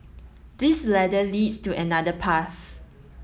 this ladder leads to another path